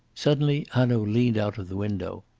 suddenly hanaud leaned out of the window.